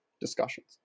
discussions